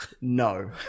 no